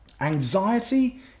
anxiety